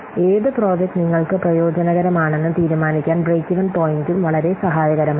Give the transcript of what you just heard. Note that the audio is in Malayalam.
ഏത് പ്രോജക്റ്റ് നിങ്ങൾക്ക് പ്രയോജനകരമാണെന്ന് തീരുമാനിക്കാൻ ബ്രേക്ക് ഇവൻ പോയിന്റും വളരെ സഹായകരമാണ്